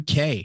UK